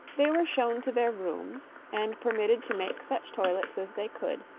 they were shown to their rooms and permitted to make such toilets as they could,